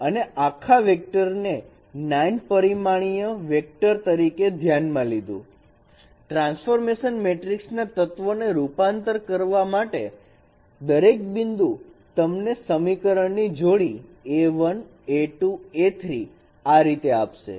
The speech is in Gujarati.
અમે આખા વેક્ટર ને 9 પરિમાણીય વેક્ટર તરીકે ધ્યાનમાં લીધું ટ્રાન્સફોર્મેશન મેટ્રિક્સ ના તત્વોને રૂપાંતર કરવા અને દરેક બિંદુ તમને સમીકરણ ની જોડી A1 A2 A3 આ રીતે આપશે